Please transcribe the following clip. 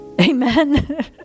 Amen